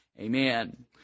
Amen